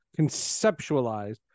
conceptualized